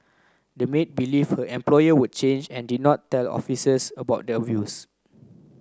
the maid believed her employer would change and did not tell officers about the abuse